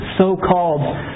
so-called